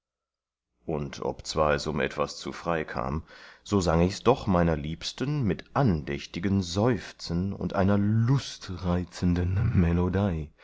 und obzwar es um etwas zu frei kam so sang ichs doch meiner liebsten mit andächtigen seufzen und einer lustreizenden